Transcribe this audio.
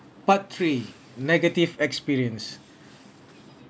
part three negative experience